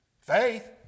Faith